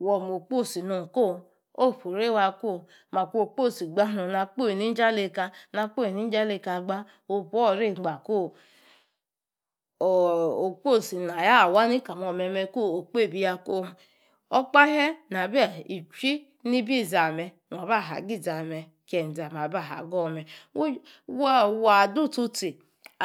Worma okpus nom ko makwo okpus gbaa nmm, na kpoi nijalaka gbaa ko opuor reigba ooh! Okpos naaꞌwa nigba mme kooꞌ okpebiya koo. Okpahe, na bee ichuii nibi izamme nua aba nayi izame aba ahagorme Waa dotsu-tsi